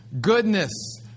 goodness